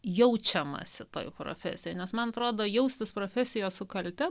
jaučiamasi toje profesijoje nes man atrodo jaustis profesijoje su kalte